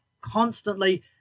Constantly